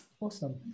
Awesome